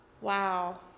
Wow